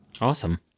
Awesome